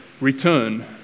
return